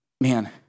man